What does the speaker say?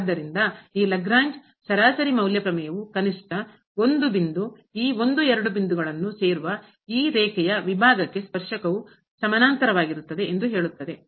ಆದ್ದರಿಂದ ಈ ಲಾಗ್ರೇಂಜ್ ಸರಾಸರಿ ಮೌಲ್ಯ ಪ್ರಮೇಯವು ಕನಿಷ್ಠ ಒಂದು ಬಿಂದು ಈ ಒಂದು ಎರಡು ಬಿಂದುಗಳನ್ನು ಸೇರುವ ಈ ರೇಖೆಯ ವಿಭಾಗಕ್ಕೆ ಸ್ಪರ್ಶಕವು ಸಮಾನಾಂತರವಾಗಿರುತ್ತದೆ ಎಂದು ಹೇಳುತ್ತದೆ